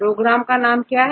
programme का नाम क्या है